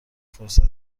فرصتی